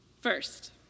First